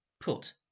put